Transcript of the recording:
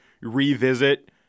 revisit